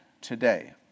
today